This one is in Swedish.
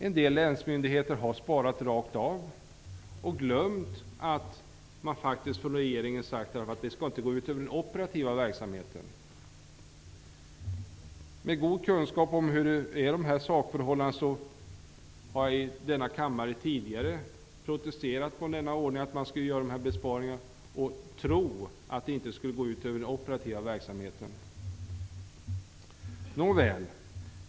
En del länsmyndigheter har sparat rakt av och glömt att regeringen faktiskt har sagt att det inte skall gå ut över den operativa verksamheten. Med god kunskap om dessa sakförhållanden har jag tidigare i denna kammare protesterat mot att man skulle göra dessa besparingar och tro att det inte skulle gå ut över den operativa verksamheten.